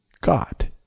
God